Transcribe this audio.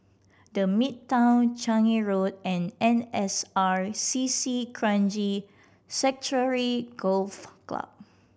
The Midtown Changi Road and N S R C C Kranji Sanctuary Golf Club